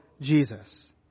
Jesus